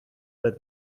that